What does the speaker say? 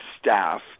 staff